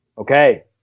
Okay